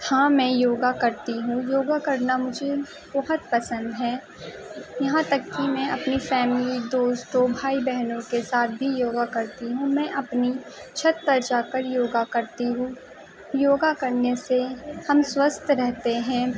ہاں میں یوگا کرتی ہوں یوگا کرنا مجھے بہت پسند ہے یہاں تک کہ میں اپنی فیملی دوستو بھائی بہنو کے ساتھ بھی یوگا کرتی ہوں میں اپنی چھت پر جا کر یوگا کرتی ہوں یوگا کرنے سے ہم سوستھ رہتے ہیں